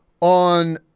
on